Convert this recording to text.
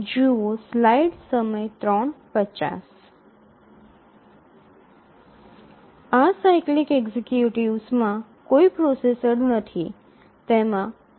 આ cyclic executives માં કોઈ પ્રોસેસર નથી